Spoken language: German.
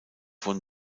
von